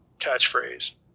catchphrase